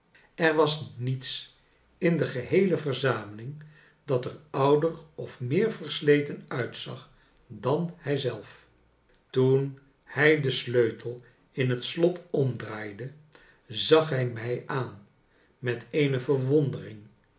er was niets in de geheele verzameling dat er ouder of meer versleten uitzag dan hij zelf toen hij den sleutel in het slot omdraaide zag hij mij aan met eene verwondering